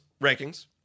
rankings